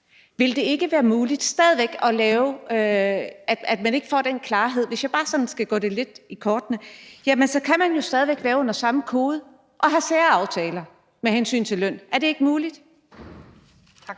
stadig væk være mulighed for, at man ikke får den klarhed. Hvis jeg bare sådan skal kigge det lidt i kortene, så kan man jo stadig væk være under samme kode og have særaftaler med hensyn til løn. Er det ikke muligt? Kl.